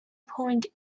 point